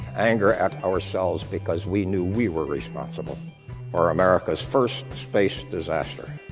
anger at ourselves because we knew we were responsible for america's first space disaster.